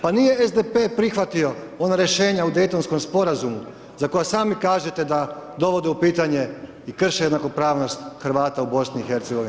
Pa nije SDP prihvatio ona rješenja o Dejtonskom sporazumu za koje sami kažete da dovde u pitanje i krše jednakopravnost Hrvata u BIH.